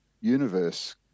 universe